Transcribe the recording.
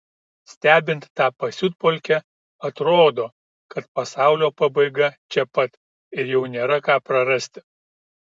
stebint tą pasiutpolkę atrodo kad pasaulio pabaiga čia pat ir jau nėra ką prarasti